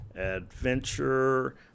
Adventure